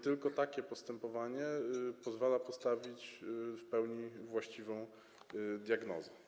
Tylko takie postępowanie pozwala postawić w pełni właściwą diagnozę.